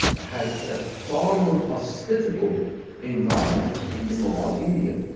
has a former hospitable environment in the mohall, india.